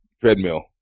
treadmill